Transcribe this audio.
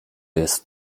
jest